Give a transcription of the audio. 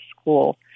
school